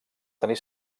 tenir